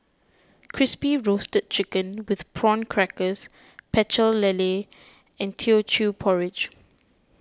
Crispy Roasted Chicken with Prawn Crackers Pecel Lele and Teochew Porridge